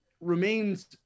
remains